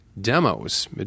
demos